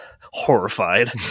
horrified